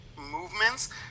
movements